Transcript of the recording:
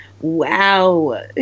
Wow